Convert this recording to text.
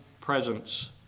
presence